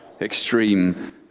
extreme